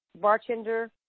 bartender